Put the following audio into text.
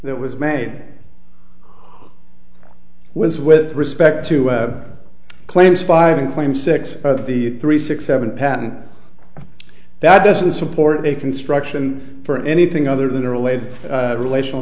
that was made was with respect to a claims filing claim six of the three six seven patent that doesn't support a construction for anything other than a related relational